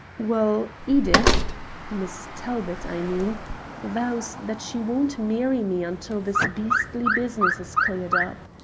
well, edith miss talbot, i mean vows that she won't marry me until this beastly business is cleared up.